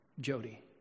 Jody